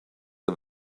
are